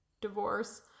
divorce